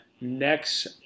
Next